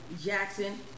Jackson